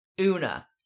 Una